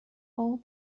all